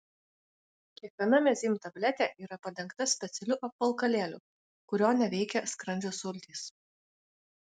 kiekviena mezym tabletė yra padengta specialiu apvalkalėliu kurio neveikia skrandžio sultys